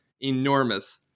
enormous